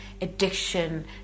addiction